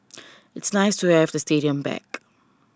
it's nice to have the stadium back